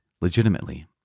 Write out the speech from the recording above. legitimately